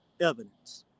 evidence